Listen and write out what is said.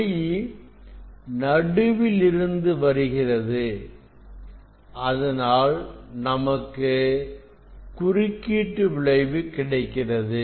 ஒளி நடுவில் இருந்து வருகிறது அதனால் நமக்கு குறுக்கீட்டு விளைவு கிடைக்கிறது